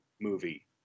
movie